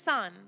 Son